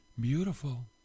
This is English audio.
beautiful